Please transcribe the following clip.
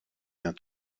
d’un